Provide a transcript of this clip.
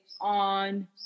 on